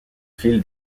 fil